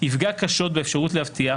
יפגע קשות באפשרות להבטיח